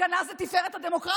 הפגנה זו תפארת הדמוקרטיה.